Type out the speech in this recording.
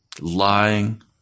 Lying